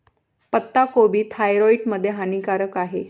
पत्ताकोबी थायरॉईड मध्ये हानिकारक आहे